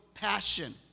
passion